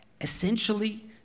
Essentially